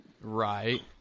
Right